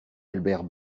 albert